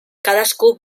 cadascú